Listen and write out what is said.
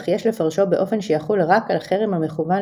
אך יש לפרשו באופן שיחול רק על חרם המכוון